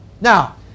Now